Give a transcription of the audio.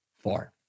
Four